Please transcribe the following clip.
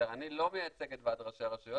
אני לא מייצג את ועד ראשי הרשויות,